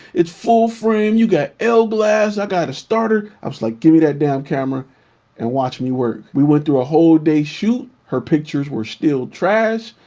it's full frame you got l glass i got a starter. i was like give me that damn camera and watch me work. we went through a whole day shoot her pictures were still trash,